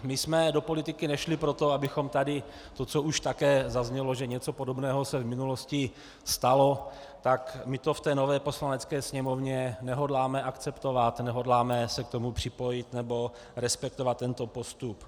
My jsme do politiky nešli proto, abychom tady to, co už také zaznělo, že něco podobného se v minulosti stalo, tak my to v té nové Poslanecké sněmovně nehodláme akceptovat, nehodláme se k tomu připojit nebo respektovat tento postup.